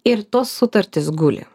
ir tos sutartys guli